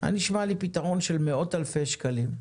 היה נשמע לי פתרון של מאות אלפי שקלים.